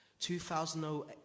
2008